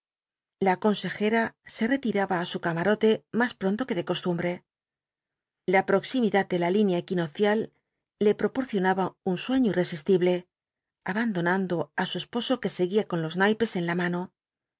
la consejera se retiraba á su camarote más pronto que de costumbre la proximidad de la línea equinoccial le proporcionaba un sueño irresistible abandonando á su esposo que seguía con los naipes en la mano